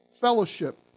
fellowship